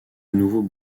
nouveau